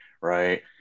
right